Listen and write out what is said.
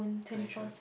are you sure